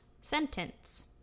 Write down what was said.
sentence